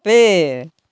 पेड़